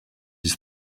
his